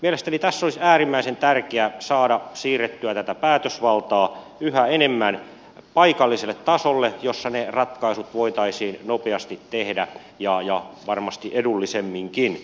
mielestäni tässä olisi äärimmäisen tärkeä saada siirrettyä tätä päätösvaltaa yhä enemmän paikalliselle tasolle jossa ne ratkaisut voitaisiin nopeasti tehdä ja varmasti edullisemminkin